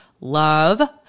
Love